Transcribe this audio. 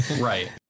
Right